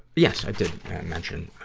yes, i did, i mentioned, ah,